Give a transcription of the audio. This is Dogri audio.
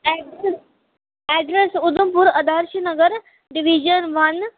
ads address Udhampur Adarsh Nagar division one